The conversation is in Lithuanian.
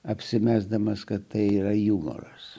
apsimesdamas kad tai yra jų noras